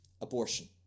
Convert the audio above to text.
Abortion